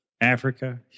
Africa